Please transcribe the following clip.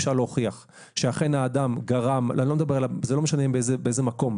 אפשר להוכיח שאכן האדם גרם -- זה לא משנה באיזה מקום,